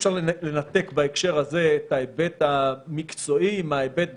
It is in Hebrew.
אי-אפשר לנתק את ההיבט המקצועי מההיבט החוקתי,